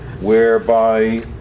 whereby